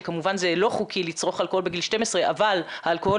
שכמובן זה לא חוקי לצרוך אלכוהול בגיל 12 אבל האלכוהול